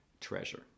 treasure